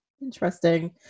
Interesting